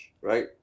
right